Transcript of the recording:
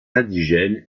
indigènes